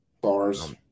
Bars